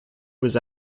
was